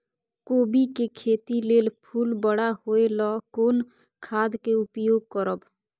कोबी के खेती लेल फुल बड़ा होय ल कोन खाद के उपयोग करब?